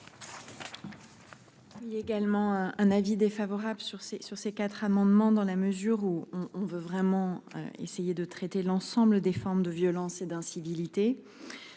Il est également un un avis défavorable sur ces, sur ces quatre amendements dans la mesure où on on veut vraiment essayer de traiter l'ensemble des formes de violence et d'incivilité.